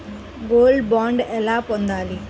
Gold bond ఎలా పొందాలి?